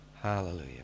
Hallelujah